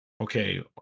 okay